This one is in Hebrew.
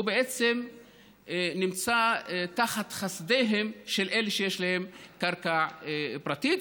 הוא בעצם תחת חסדיהם של אלה שיש להם קרקע פרטית,